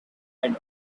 had